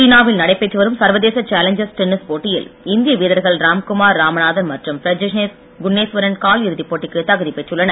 சீவாவில் நடைபெற்று வரும் சர்வதேச சாலஞ்சர்ஸ் டென்னிஸ் போட்டியில் இந்திய வீரர்கள் ராமகுமார் ராமநாதன் மற்றும் பிரஜ்னேஷ் குன்னேஸ்வரன் கால் இறுதிப்போட்டிக்கு தகுதி பெற்றுள்ளனர்